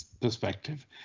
perspective